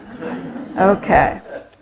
Okay